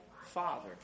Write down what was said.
father